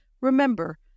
remember